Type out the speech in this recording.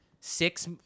six